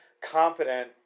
competent